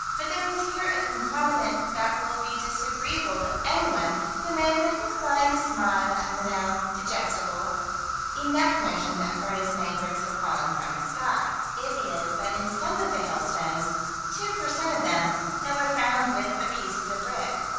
but there is here a concomitant that will be disagreeable to anyone who may have been inclined to smile at the now digestible enough notion that furnace-made bricks have fallen from the sky. it is that in some of the hailstones two per cent of them that were found with the pieces of brick,